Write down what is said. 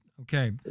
okay